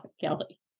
Kelly